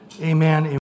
Amen